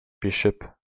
Bishop